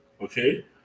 okay